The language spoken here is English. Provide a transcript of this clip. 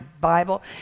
Bible